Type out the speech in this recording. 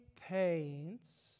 Pains